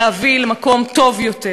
להביא למקום טוב יותר.